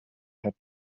had